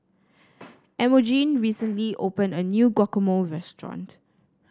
Emogene recently opened a new Guacamole restaurant